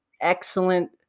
excellent